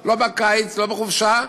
לא בקיץ ולא בחופשה,